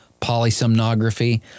polysomnography